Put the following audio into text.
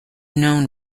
known